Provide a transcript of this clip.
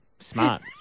Smart